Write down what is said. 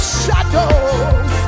shadows